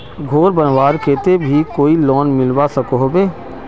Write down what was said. घोर बनवार केते भी कोई लोन मिलवा सकोहो होबे?